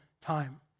time